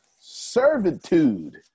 servitude